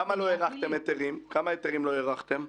כמה היתרים לא הארכתם?